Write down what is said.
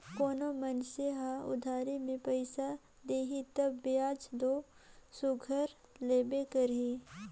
कोनो भी मइनसे हर उधारी में पइसा देही तब बियाज दो सुग्घर लेबे करही